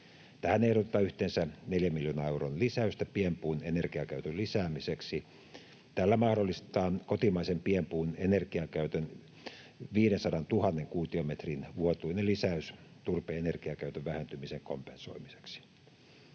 Tähän ehdotetaan yhteensä 4 miljoonan euron lisäystä pienpuun energiakäytön lisäämiseksi. Tällä mahdollistetaan kotimaisen pienpuun energiakäytön 500 000 kuutiometrin vuotuinen lisäys turpeen energiakäytön vähentymisen kompensoimiseksi.